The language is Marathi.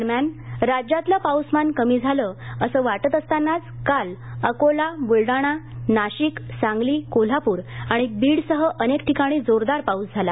दरम्यान राज्यातलं पाऊसमान कमी झालं असं वाटत असतानाच काल अकोला बुलडाणा नाशिक सांगली आणि बीडसह अनेक ठिकाणी जोरदार पाऊस झाला